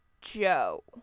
Joe